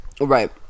Right